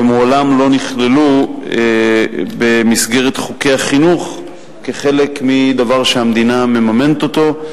ומעולם לא נכללו במסגרת חוקי החינוך כחלק מדבר שהמדינה מממנת אותו.